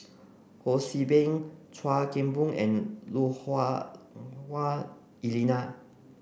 Ho See Beng Chuan Keng Boon and Lui Hah Wah Elena